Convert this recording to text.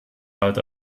out